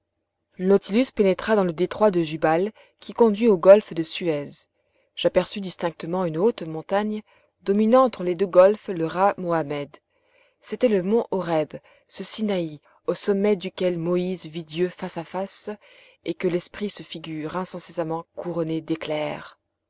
le nautilus pénétra dans le détroit de jubal qui conduit au golfe de suez j'aperçus distinctement une haute montagne dominant entre les deux golfes le ras mohammed c'était le mont oreb ce sinaï au sommet duquel moïse vit dieu face à face et que l'esprit se figure incessamment couronné d'éclairs